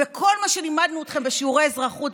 וכל מה שלימדנו אתכם בשיעורי אזרחות,